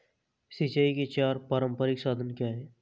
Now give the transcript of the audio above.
सिंचाई के चार पारंपरिक साधन क्या हैं?